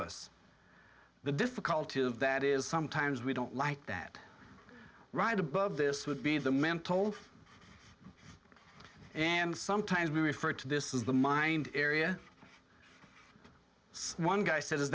us the difficulty of that is sometimes we don't like that right above this would be the mental and sometimes we referred to this is the mind area one guy sa